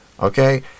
Okay